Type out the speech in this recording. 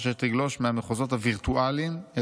אשר תגלוש מהמחוזות הווירטואליים אל